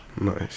Nice